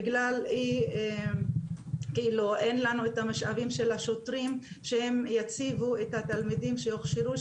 בגלל שאין לנו את המשאבים של השוטרים שהם יציגו את התלמידים שיוכשרו,